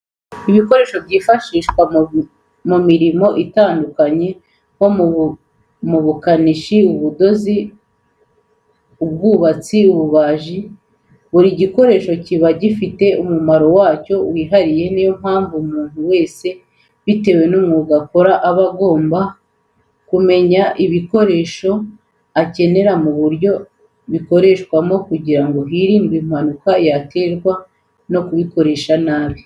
Ibikoresho byifashishwa mu mirimo itandukanye nko mu bukanishi ,ubudozi ,ubwubatsi n'ububajii, buri gikoresho kiba gifite umumaro wacyo wihariye niyo mpamvu umuntu wese bitewe n'umwuga akora agomba kumenya ibikoresho akenera n'uburyo bikoreshwa kugirango hirindwe impanuka yaterwa no kubikoresha nabi.